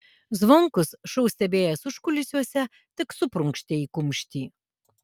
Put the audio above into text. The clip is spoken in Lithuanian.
zvonkus šou stebėjęs užkulisiuose tik suprunkštė į kumštį